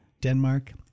Denmark